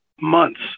months